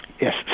Yes